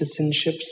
citizenships